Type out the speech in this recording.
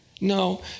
no